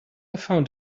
found